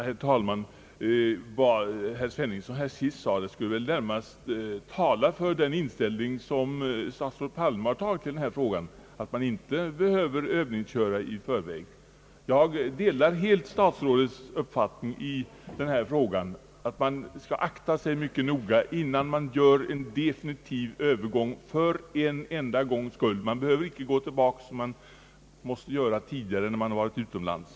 Herr talman! Vad herr Sveningsson senast sade skulle väl närmast tala för den inställning statsrådet Palme tagit i den här frågan, nämligen att man inte behöver övningsköra i förväg. Jag delar helt statsrådets uppfattning i den frågan. Man bör akta sig mycket noga för blandkörning innan man gör den definitiva övergången för en enda gångs skull. Man behöver då inte gå tillbaka till vänstertrafiken, som man måst göra tidigare när man varit utomlands.